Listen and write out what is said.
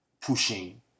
pushing